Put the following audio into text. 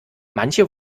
manche